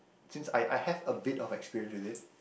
since I I have a bit of experience with it